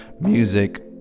music